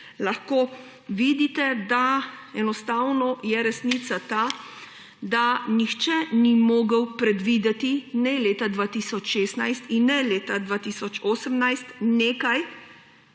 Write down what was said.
lahko vidite, da enostavno je resnica ta, da nihče ni mogel predvideti ne leta 2016 in ne leta 2018 nekaj,